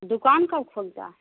दुकान कब खुलता है